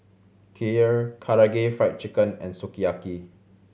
Kheer Karaage Fried Chicken and Sukiyaki